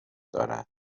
دارد